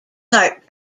kart